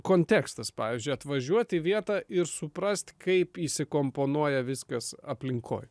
kontekstas pavyzdžiui atvažiuot į vietą suprast kaip įsikomponuoja viskas aplinkoj